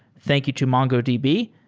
thank you to mongo, db,